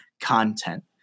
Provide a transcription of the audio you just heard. content